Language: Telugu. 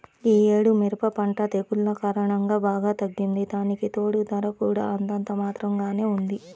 యీ యేడు మిరప పంట తెగుల్ల కారణంగా బాగా తగ్గింది, దానికితోడూ ధర కూడా అంతంత మాత్రంగానే ఉంది